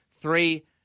three